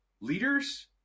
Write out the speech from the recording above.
leaders